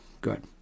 good